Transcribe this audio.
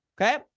okay